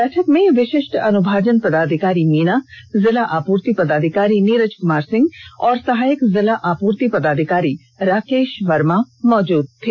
बैठक में विशिष्ट अनुभाजन पदाधिकारी मीना जिला आपूर्ति पदाधिकारी नीरज कुमार सिंह और सहायक जिला आपूर्ति पदाधिकारी राकेश र्भाआदि मौजूद थे